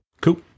Cool